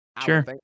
Sure